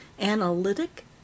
analytic